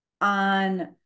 on